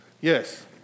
Yes